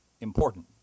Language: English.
important